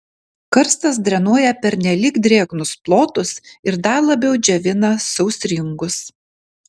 karstas drenuoja pernelyg drėgnus plotus ir dar labiau džiovina sausringus